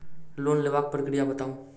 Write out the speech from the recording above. Loan लेबाक प्रक्रिया बताऊ?